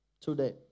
today